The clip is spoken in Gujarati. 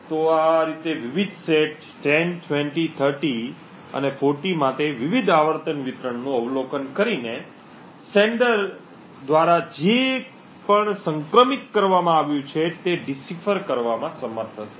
તેથી આ રીતે વિવિધ સેટ 10 20 30 અને 40 માટે વિવિધ આવર્તન વિતરણનું અવલોકન કરીને પ્રાપ્તકર્તા મોકલનાર દ્વારા જે પણ સંક્રમિત કરવામાં આવ્યું છે તે ડિસિફર કરવામાં સમર્થ હશે